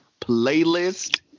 playlist